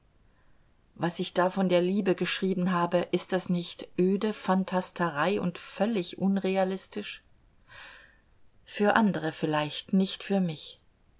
was ich da von der liebe geschrieben habe ist das nicht öde phantasterei und völlig unrealistisch für andere vielleicht nicht für mich